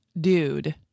dude